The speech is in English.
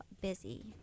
busy